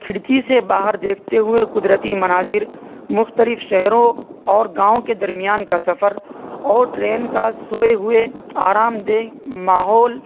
کھڑکی سے باہر دیکھتے ہوئے قدرتی مناظر مختلف شہروں اور گاؤں کے درمیان کا سفر اور ٹرین کا سوئے ہوئے آرامدہ ماحول